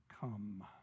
come